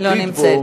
היא לא נמצאת,